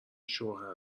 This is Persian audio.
شوهر